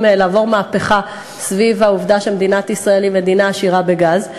לעבור מהפכה סביב העובדה שמדינת ישראל היא מדינה עשירה בגז.